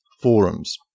forums